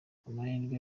amahirwe